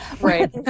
Right